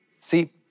See